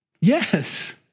Yes